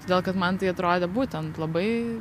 todėl kad man tai atrodė būtent labai